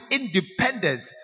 independent